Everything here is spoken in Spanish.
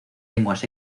lenguas